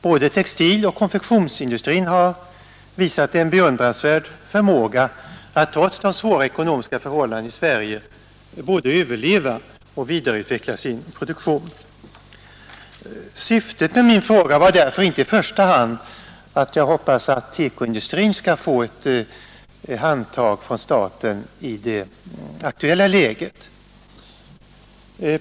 Både textiloch konfektionsindustrin har visat en beundransvärd förmåga att trots de svåra ekonomiska förhållandena i Sverige både överleva och vidareutveckla sin produktion. Syftet med min fråga var därför inte i första hand att jag hoppades att TEKO-industrin skulle få ett handtag från staten i det aktuella läget.